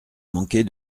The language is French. manquer